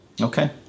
Okay